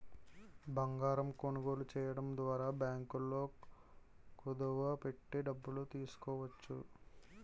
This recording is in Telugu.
బంగారం కొనుగోలు చేయడం ద్వారా బ్యాంకుల్లో కుదువ పెట్టి డబ్బులు తెచ్చుకోవచ్చు